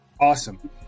Awesome